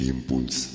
Impulse